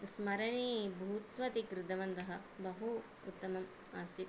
स्मरणे भूत्वा ते कृतवन्तः बहु उत्तमम् आसीत्